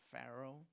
Pharaoh